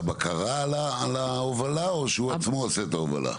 את הבקרה על ההובלה או שהוא עצמו עושה את ההובלה?